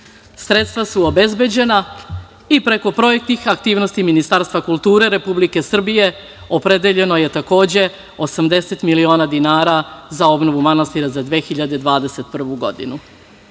Sredstva su obezbeđena i preko projektnih aktivnosti Ministarstva kulture Republike Srbije opredeljeno je takođe 80 miliona dinara za obnovu manastira za 2021. godinu. Zato